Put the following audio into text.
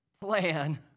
plan